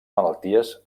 malalties